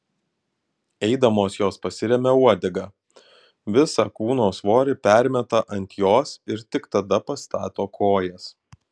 eidamos jos pasiremia uodega visą kūno svorį permeta ant jos ir tik tada pastato kojas